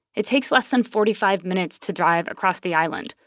it takes less than forty five minutes to drive across the island,